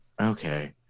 Okay